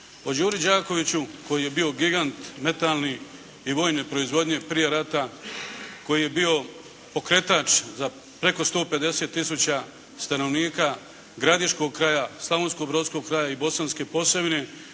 O Đuri Đakoviću koji je bio gegant metalni i vojne proizvodnje prije rata, koji je bio pokretač sa preko 150 tisuća stanovnika gradiškog kraja, slavonskobrodskog kraja i Bosanske Posavine,